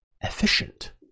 efficient